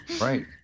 Right